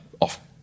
off